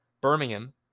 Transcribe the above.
Birmingham